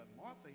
Martha